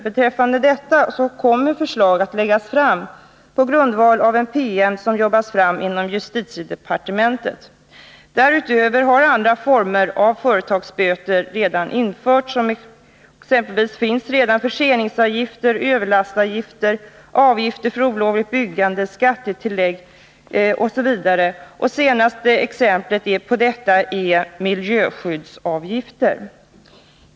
Förslag om detta kommer att läggas fram på grundval av en PM som arbetats fram inom justitiedepartementet. Därutöver har andra former av företagsböter redan införts. Exempelvis finns redan förseningsavgifter, överlastavgifter, avgifter för olovligt byggande, skattetillägg osv. Det senaste exemplet är miljöskyddsavgifterna.